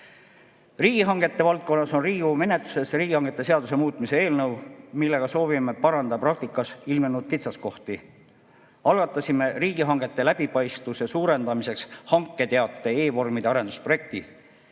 Riigihangete valdkonnas on Riigikogu menetluses riigihangete seaduse muutmise eelnõu, millega soovime parandada praktikas ilmnenud kitsaskohti. Algatasime riigihangete läbipaistvuse suurendamiseks hanketeate e-vormide arendusprojekti.